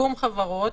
שיקום חברות.